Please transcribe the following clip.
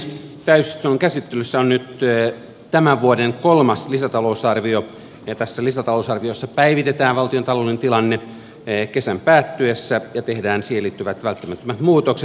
täysistunnon käsittelyssä on nyt tämän vuoden kolmas lisätalousarvio ja tässä lisätalousarviossa päivitetään valtiontalouden tilanne kesän päättyessä ja tehdään siihen liittyvät välttämättömät muutokset